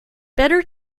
better